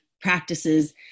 practices